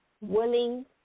willing